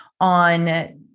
on